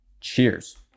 Cheers